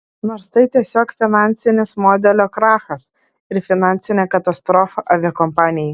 nors tai tiesiog finansinis modelio krachas ir finansinė katastrofa aviakompanijai